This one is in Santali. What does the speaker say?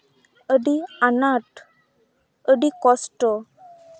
ᱟᱹᱰᱤ ᱟᱱᱟᱴ ᱟᱹᱰᱤ ᱠᱚᱥᱴᱚ